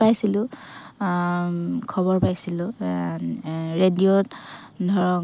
পাইছিলোঁ খবৰ পাইছিলো ৰেডিঅ'ত ধৰক